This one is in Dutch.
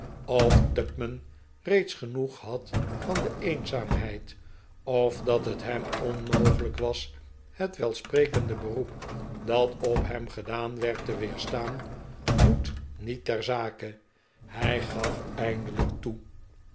of tupman reeds genoeg had van de eenzaamheid of dat het hem onmogelijk was het welsprekende beroep dat op hem gedaan werd te weerstaan doet niet ter zake hij gaf eindelijk toe